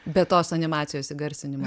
be tos animacijos įgarsinimo